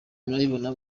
murabibona